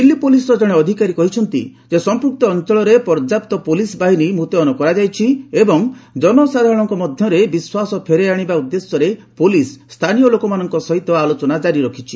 ଦିଲ୍ଲୀ ପୋଲିସର ଜଣେ ଅଧିକାରୀ କହିଛନ୍ତି ସମ୍ପୃକ୍ତ ଅଞ୍ଚଳରେ ପର୍ଯ୍ୟାପ୍ତ ପୋଲିସ ବାହିନୀ ମୁତ୍ୟନ କରାଯାଇଛି ଏବଂ ଜନସାଧାରଣଙ୍କ ମଧ୍ୟରେ ବିଶ୍ୱାସ ଫେରାଇ ଆଶିବା ଉଦ୍ଦେଶ୍ୟରେ ପୋଲିସ ସ୍ଥାନୀୟ ଲୋକମାନଙ୍କ ସହିତ ଆଲୋଚନା କାରି ରଖିଛି